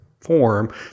form